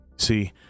See